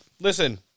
listen